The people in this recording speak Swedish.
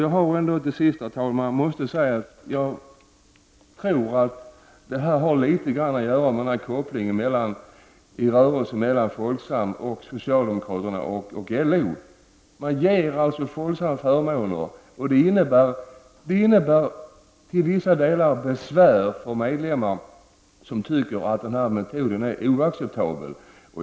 Allra sist, herr talman, måste jag säga att jag tror att det här har litet att göra med kopplingen mellan Folksam, socialdemokraterna och LO. Man ger alltså Folksam vissa förmåner. Det innebär till vissa delar besvär för medlemmar som tycker att metoden är oacceptabel.